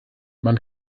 man